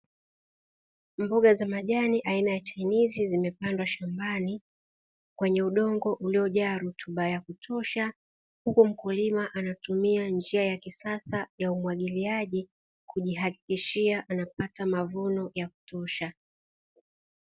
Mboga za majani aina ya chainisi zimepandwa shambani, kwenye udongo uliojaa rutuba ya kutosha , huku mkulima anaetumia njia ya kisasa ya umwagiliaji, kujihakikishia anapata mavuno ya kutosha .